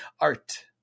Art